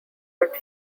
but